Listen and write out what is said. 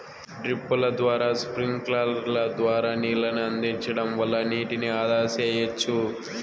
డ్రిప్పుల ద్వారా స్ప్రింక్లర్ల ద్వారా నీళ్ళను అందించడం వల్ల నీటిని ఆదా సెయ్యచ్చు